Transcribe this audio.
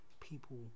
people